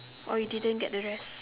or you didn't get the rest